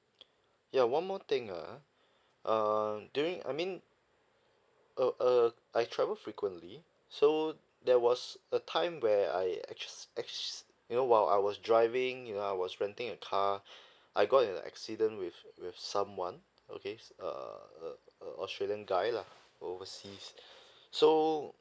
ya one more thing ah err during I mean uh uh I travel frequently so there was a time where I ex~ ex~ you know while I was driving you know I was renting a car I got into a accident with with someone okay err a a australian guy lah overseas so